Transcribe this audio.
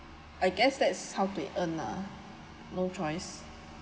I guess that's how they earn lah no choice